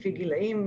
לפי גילים,